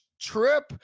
trip